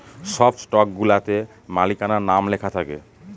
সব স্টকগুলাতে মালিকানার নাম লেখা থাকে